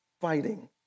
fighting